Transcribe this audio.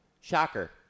Shocker